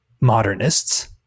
modernists